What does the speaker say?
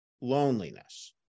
loneliness